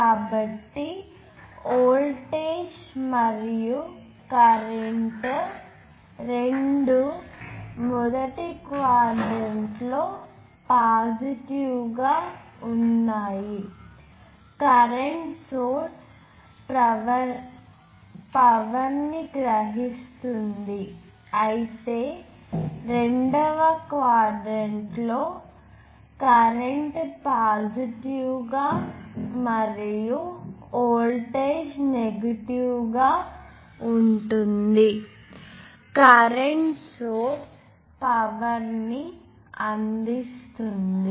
కాబట్టి వోల్టేజ్ మరియు కరెంట్ రెండూ మొదటి క్వాడ్రంట్ లో పాజిటివ్ గా ఉన్నాయి కరెంట్ సోర్స్ పవర్ ని గ్రహిస్తుంది అయితే రెండవ క్వాడ్రంట్ లో కరెంట్ పాజిటివ్ గా మరియు వోల్టేజ్ నెగిటివ్ గా ఉంటుంది కరెంట్ సోర్స్ పవర్ ను అందిస్తుంది